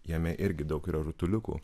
jame irgi daug yra rutuliukų